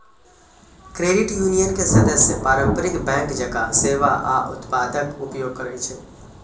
credit union के सदस्य पारंपरिक बैंक जकां सेवा आ उत्पादक उपयोग करै छै